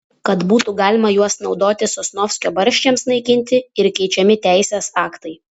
kad būtų galima juos naudoti sosnovskio barščiams naikinti ir keičiami teisės aktai